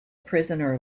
prisoner